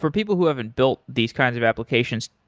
for people who haven't built these kinds of applications,